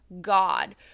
God